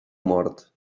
mort